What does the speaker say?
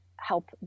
help